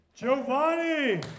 Giovanni